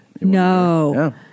No